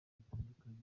bitandukanye